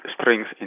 strings